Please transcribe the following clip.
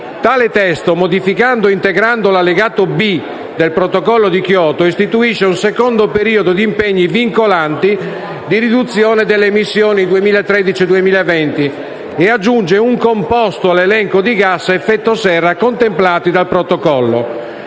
Tale testo, modificando e integrando l'allegato B del Protocollo di Kyoto, istituisce un secondo periodo di impegni vincolanti di riduzione delle emissioni (2013-2020) e aggiunge un composto all'elenco di gas a effetto serra contemplati dal Protocollo.